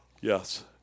Yes